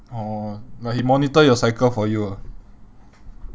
oh like he monitor your cycle for you ah